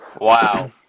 Wow